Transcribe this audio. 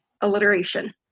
alliteration